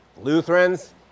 Lutherans